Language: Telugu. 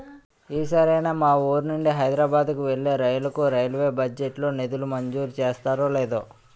ఈ సారైనా మా వూరు నుండి హైదరబాద్ కు వెళ్ళే రైలుకు రైల్వే బడ్జెట్ లో నిధులు మంజూరు చేస్తారో లేదో